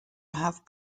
have